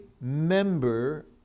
member